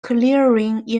front